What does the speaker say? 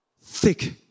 thick